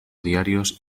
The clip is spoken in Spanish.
diarios